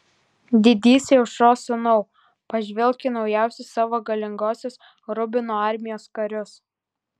didysai aušros sūnau pažvelk į naujausius savo galingosios rubino armijos karius